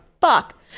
fuck